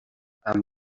amb